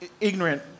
ignorant